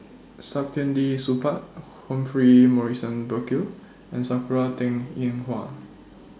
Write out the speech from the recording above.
Saktiandi Supaat Humphrey Morrison Burkill and Sakura Teng Ying Hua